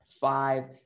five